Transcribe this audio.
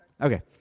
Okay